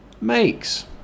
makes